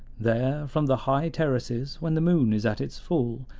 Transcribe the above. there, from the high terraces, when the moon is at its full,